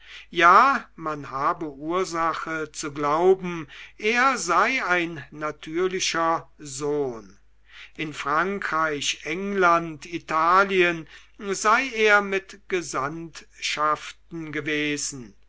ja man habe ursache zu glauben er sei sein natürlicher sohn in frankreich england italien sei er mit gesandtschaften gewesen